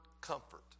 comfort